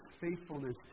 faithfulness